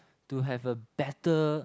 to have a better